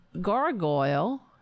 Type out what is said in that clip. gargoyle